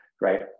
right